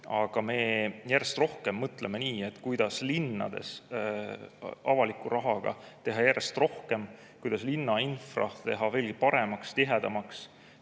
Me järjest rohkem mõtleme nii, kuidas linnades avaliku rahaga järjest rohkem teha, kuidas linnainfrat teha veelgi paremaks, tihedamaks,